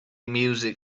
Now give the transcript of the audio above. music